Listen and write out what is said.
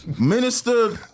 minister